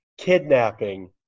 kidnapping